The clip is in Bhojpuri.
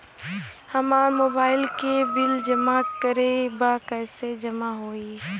हमार मोबाइल के बिल जमा करे बा कैसे जमा होई?